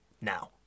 now